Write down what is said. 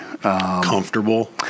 Comfortable